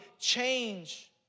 change